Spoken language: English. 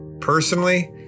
Personally